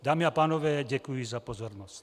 Dámy a pánové, děkuji za pozornost.